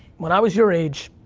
when i was your age,